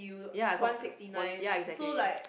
ya some one ya exactly